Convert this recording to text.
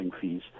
fees